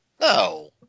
No